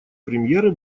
премьеры